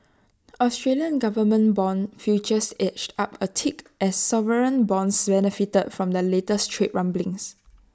Australian government Bond futures edged up A tick as sovereign bonds benefited from the latest trade rumblings